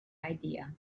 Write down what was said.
idea